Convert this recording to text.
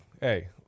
Hey